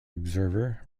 observer